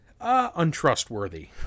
untrustworthy